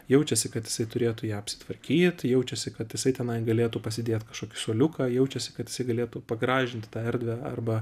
jaučiasi kad jisai turėtų ją apsitvarkyt jaučiasi kad jisai tenai galėtų pasidėt kažkokį suoliuką jaučiasi kad jisai galėtų pagražinti tą erdvę arba